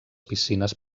piscines